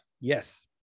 yes